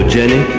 Jenny